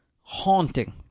haunting